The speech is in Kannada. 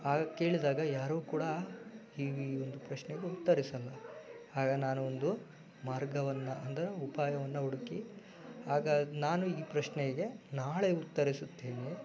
ಹಾಗೆ ಕೇಳಿದಾಗ ಯಾರು ಕೂಡ ಹೀಗೆ ಈ ಒಂದು ಪ್ರಶ್ನೆಗೆ ಉತ್ತರಿಸಲ್ಲ ಆಗ ನಾನು ಒಂದು ಮಾರ್ಗವನ್ನು ಅಂದರೆ ಉಪಾಯವನ್ನು ಹುಡುಕಿ ಆಗ ನಾನು ಈ ಪ್ರಶ್ನೆಗೆ ನಾಳೆ ಉತ್ತರಿಸುತ್ತೇನೆ